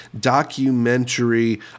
documentary